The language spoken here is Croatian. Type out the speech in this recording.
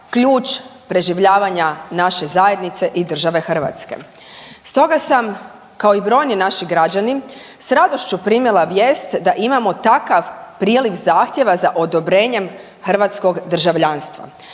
ključ preživljavanja naše zajednice i države Hrvatske. Stoga sam kao i brojni naši građani s radošću primila vijest da imamo takav priliv zahtjeva za odobrenjem hrvatskog državljanstva.